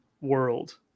world